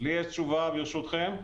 יש לי תשובה, ברשותכם.